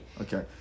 okay